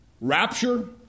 Rapture